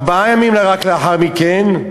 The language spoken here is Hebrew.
ארבעה ימים רק לאחר מכן,